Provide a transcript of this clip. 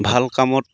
ভাল কামত